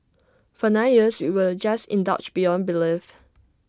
for nine years we were just indulged beyond belief